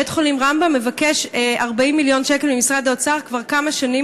בית-חולים רמב"ם מבקש 40 מיליון שקל ממשרד האוצר כבר כמה שנים,